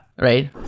Right